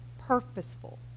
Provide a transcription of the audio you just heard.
purposeful